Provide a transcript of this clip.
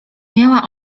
miała